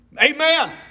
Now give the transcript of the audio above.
Amen